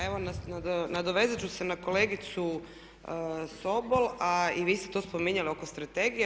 Evo nadovezati ću se na kolegicu Sobol a i vi ste to spominjali oko strategije.